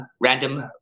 random